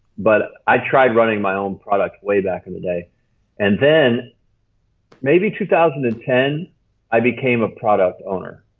but, i tried running my own product way back in the day and then maybe two thousand and ten i became a product owner.